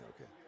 okay